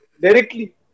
Directly